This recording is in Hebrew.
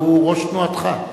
והוא ראש תנועתך.